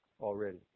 already